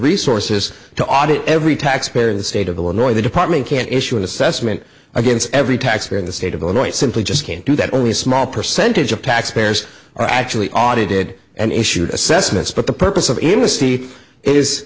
resources to audit every taxpayer in the state of illinois the department can issue an assessment against every taxpayer in the state of illinois simply just can't do that only a small percentage of taxpayers are actually audited and issued assessments but the purpose of